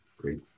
great